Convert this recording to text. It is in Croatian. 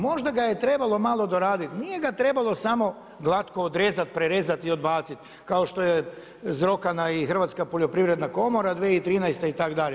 Možda ga je trebalo malo doraditi, nije ga trebalo samo glatko odrezati, prerezati i odbaciti, kao što je zakona i Hrvatska poljoprivredna komora 2013. itd.